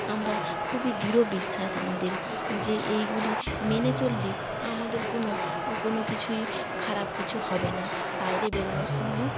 আমরা খুবই দৃঢ় বিশ্বাস আমাদের যে এইগুলি মেনে চললে আমাদের কোনো কোনো কিছুই খারাপ কিছু হবে না বাইরে বেরোনোর সময়ও